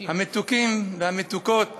המתוקים והמתוקות